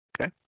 Okay